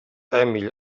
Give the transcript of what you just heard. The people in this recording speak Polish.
emil